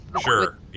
sure